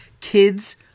kids